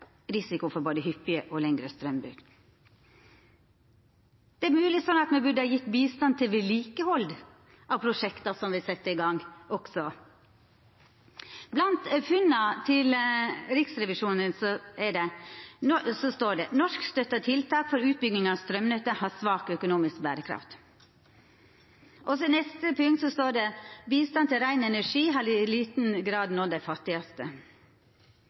risiko for både hyppige og lange straumbrot. Det er mogleg me burde ha gjeve bistand til vedlikehald av prosjekta som me har sett i gang også. Blant funna til Riksrevisjonen står det: «– Norskstøttede tiltak for utbygging av strømnett har svak økonomisk bærekraft. – Bistanden til ren energi har i liten grad nådd de fattigste.» Det